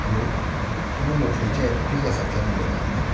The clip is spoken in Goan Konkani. हलो तुमी लोटलेच्या एच पी गॅसांतल्यान उलयतात न्ही